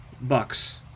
Bucks